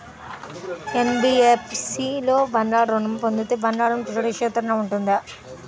NBFC లో బంగారు ఋణం పొందితే బంగారం సురక్షితంగానే ఉంటుందా?